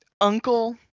uncle